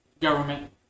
Government